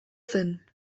zen